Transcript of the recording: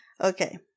Okay